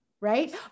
right